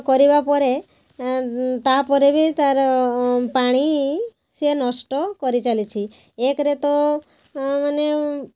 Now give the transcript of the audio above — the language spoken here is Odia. କରିବା ପରେ ତାପରେ ବି ତାର ପାଣି ସିଏ ନଷ୍ଟ କରିଚାଲିଛି ଏକ ରେ ତ ମାନେ